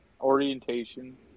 orientation